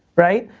right?